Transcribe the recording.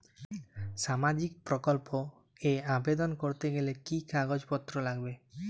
সামাজিক প্রকল্প এ আবেদন করতে গেলে কি কাগজ পত্র লাগবে?